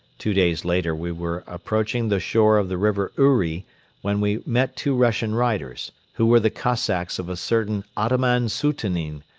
two days later we were approaching the shore of the river uri when we met two russian riders, who were the cossacks of a certain ataman sutunin,